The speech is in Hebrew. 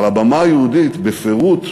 ועל הבמה היהודית בפירוט,